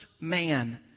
man